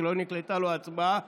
שלא נקלטה לו ההצבעה.